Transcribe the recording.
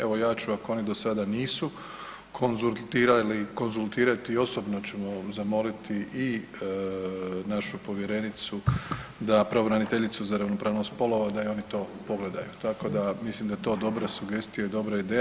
Evo ja ću, ako oni do sada nisu, konzultirali, konzultirati osobno ću zamoliti i našu povjerenicu da pravobraniteljicu za ravnopravnost spolova, da i oni to pogledaju, tako da, mislim da je to dobra sugestija i dobra ideja.